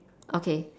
okay